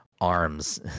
Arms